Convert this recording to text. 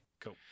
cool